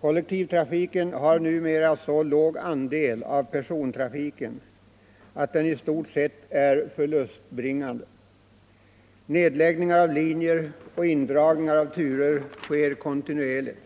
Kollektivtrafiken har numera så låg andel av persontrafiken att den i stort sett är förlustbringande. Nedläggningar av linjer och indragningar av turer sker kontinuerligt.